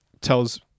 tells